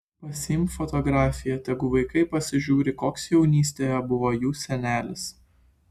pasiimk fotografiją tegu vaikai pasižiūri koks jaunystėje buvo jų senelis